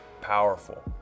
powerful